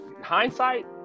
hindsight